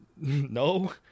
no